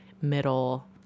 middle